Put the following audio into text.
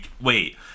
wait